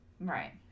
Right